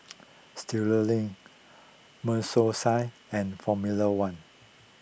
Studioline and formula one